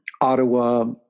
Ottawa